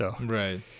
Right